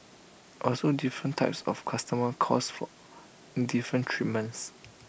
also different types of customers calls for different treatments